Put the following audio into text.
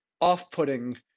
off-putting